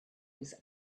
was